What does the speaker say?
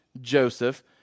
Joseph